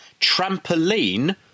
Trampoline